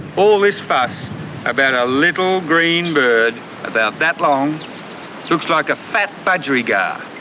all this fuss about a little green bird about that long looks like a fat budgerigar